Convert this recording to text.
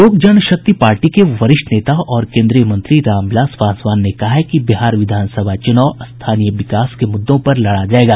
लोक जन शक्ति पार्टी के वरिष्ठ नेता और केन्द्रीय मंत्री रामविलास पासवान ने कहा है कि बिहार विधानसभा चुनाव स्थानीय विकास के मुद्दों पर लड़ा जायेगा